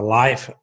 life